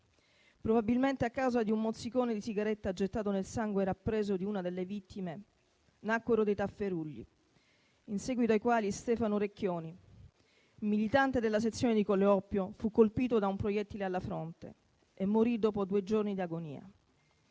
Probabilmente a causa di un mozzicone di sigaretta gettato nel sangue rappreso di una delle vittime, nacquero dei tafferugli, in seguito ai quali Stefano Recchioni, militante della sezione di Colle Oppio, fu colpito da un proiettile alla fronte e morì dopo due giorni di agonia.